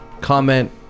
comment